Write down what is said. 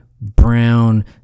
brown